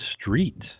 street